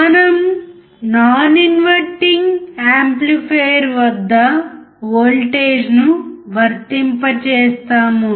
మనం non inverting amplifier వద్ద వోల్టేజ్ను వర్తింపజేస్తాము